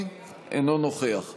לא מאשרים את התקציב?